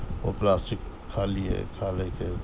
وہ پلاسٹک کھا لئے کھا لے کے